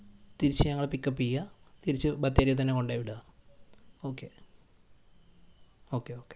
തിരിച്ചു ഞങ്ങളെ പിക്കപ്പ് ചെയ്യാൽ തിരിച്ച് ബത്തേരിയിൽത്തന്നെ കൊണ്ടുപോയി വിടുക ഓക്കേ ഓക്കേ ഓക്കേ